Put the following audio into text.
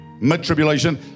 mid-tribulation